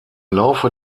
laufe